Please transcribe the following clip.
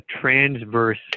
transverse